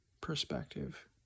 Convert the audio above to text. perspective